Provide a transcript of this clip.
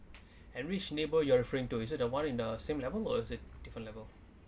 and which neighbour you are referring to is it the one in the same level is it different level